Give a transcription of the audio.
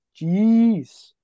Jeez